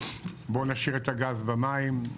בואו נשאיר את הגז במים,